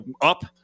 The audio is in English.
up